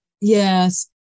Yes